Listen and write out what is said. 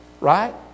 right